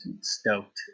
stoked